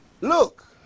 look